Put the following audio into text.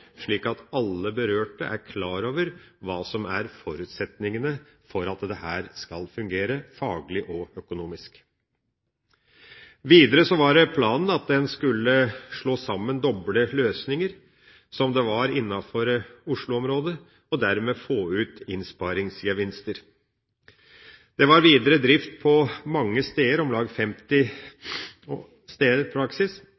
slik at alle berørte er klar over hva som er forutsetningene for at dette skal fungere faglig og økonomisk. Videre var planen at en skulle slå sammen doble løsninger, som det var innenfor Oslo-området, og dermed få ut innsparingsgevinster. Det var videre drift på mange steder, om lag